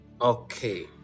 Okay